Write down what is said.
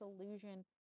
illusion